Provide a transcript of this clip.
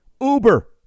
Uber